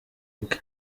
bwe